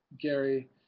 Gary